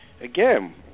again